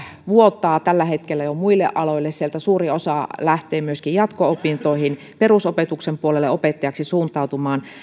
vuotaa tällä hetkellä jo muille aloille sieltä suuri osa lähtee myöskin jatko opintoihin perusopetuksen puolelle opettajaksi suuntautumaan